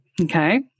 Okay